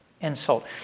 insult